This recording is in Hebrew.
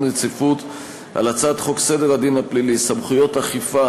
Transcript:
רציפות על הצעת חוק סדר הדין הפלילי (סמכויות אכיפה,